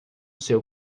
seu